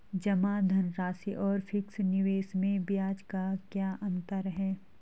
जमा धनराशि और फिक्स निवेश में ब्याज का क्या अंतर है?